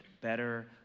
better